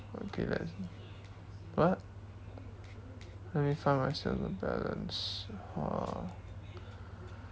okay let's what let me find my sales of balance uh